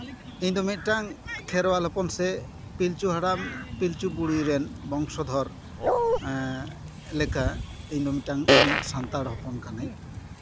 ᱤᱧ ᱫᱚ ᱢᱤᱫᱴᱟᱱ ᱠᱷᱮᱨᱣᱟᱞ ᱦᱚᱯᱚᱱ ᱥᱮ ᱯᱤᱞᱪᱩ ᱦᱟᱲᱟᱢ ᱯᱤᱞᱪᱩ ᱵᱩᱲᱦᱤ ᱨᱮᱱ ᱵᱚᱝᱥᱚ ᱫᱷᱚᱨ ᱞᱮᱠᱟ ᱤᱧ ᱫᱚ ᱢᱤᱫᱴᱟᱱ ᱢᱤᱫ ᱥᱟᱱᱛᱟᱲ ᱦᱚᱯᱚᱱ ᱠᱟᱹᱱᱟᱹᱧ